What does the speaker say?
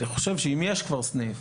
אני חושב שאם יש כבר סניף,